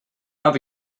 have